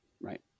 Right